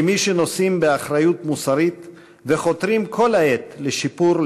כמי שנושאים באחריות מוסרית וחותרים כל העת לשיפור,